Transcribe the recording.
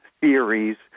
theories